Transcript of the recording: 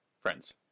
friends